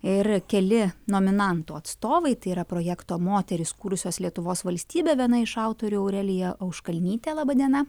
ir keli nominantų atstovai tai yra projekto moterys kūrusios lietuvos valstybę viena iš autorių aurelija auškalnytė laba diena